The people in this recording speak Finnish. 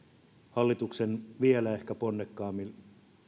hallituksen ehkä vielä ponnekkaammin